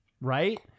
right